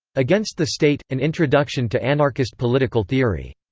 against the state an introduction to anarchist political theory.